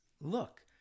look